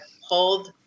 hold